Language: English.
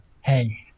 hey